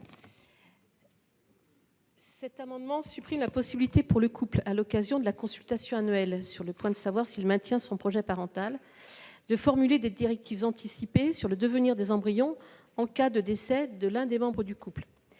Cet amendement vise à supprimer la possibilité pour les couples, à l'occasion de la consultation annuelle sur le maintien de leur projet parental, de formuler des directives anticipées sur le devenir de leurs embryons en cas de décès de l'un des membres.